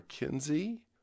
McKinsey